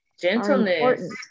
gentleness